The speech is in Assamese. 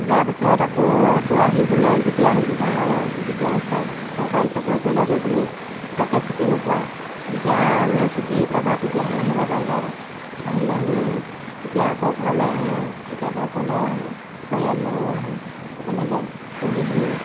যোৱা পাছত আকৌ আকৌ আহিবলৈ যেতিয়া সুবিধা হয় যেতিয়া চৰকাৰী চাকৰি কৰিলেতো তুমি পটককৈ ছুটি নোপোৱা যেতিয়া মানে ছুটি পাবা তেতিয়াহে আহিব পাৰিবা আৰু আহিলে মানে তেতিয়া আকৌ ঘৰলৈ আহে কেতিয়াবা অকলেও আহে পৰিয়াললৈও আহে তেনেকৈ পঢ়ি শুনি